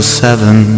seven